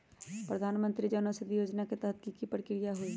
प्रधानमंत्री जन औषधि योजना के तहत की की प्रक्रिया होई?